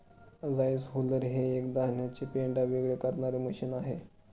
rice huller हे एक धानाचे पेंढा वेगळे करणारे मशीन आहे